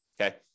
Okay